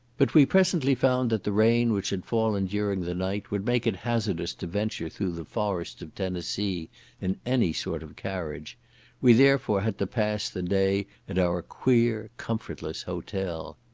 but we presently found that the rain which had fallen during the night would make it hazardous to venture through the forests of tennessee in any sort of carriage we therefore had to pass the day at our queer comfortless hotel.